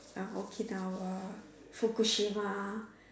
Okinawa Fukushima